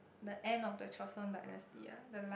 the end of the Joseon dynasty ah the last